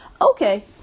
Okay